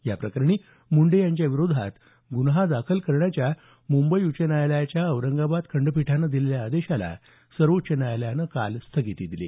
या प्रकरणी मुंडे यांच्याविरोधात गुन्हे दाखल करण्याच्या मुंबई उच्च न्यायालयाच्या औरंगाबाद खंडपीठाने दिलेल्या आदेशाला सर्वोच्च न्यायालयाने स्थगिती दिली